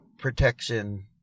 protection